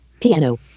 Piano